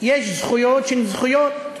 יש זכויות שהן זכויות,